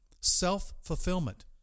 Self-fulfillment